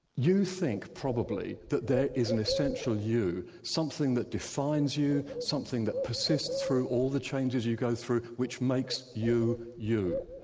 you think probably that there is an essential you, something that defines you, something that persists through all the changes you go through which makes you you.